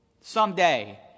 someday